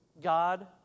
God